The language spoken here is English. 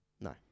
No